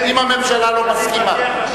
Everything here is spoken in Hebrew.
אם הממשלה לא מסכימה.